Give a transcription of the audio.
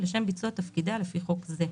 לשם ביצוע תפקידיה לפי חוק זה,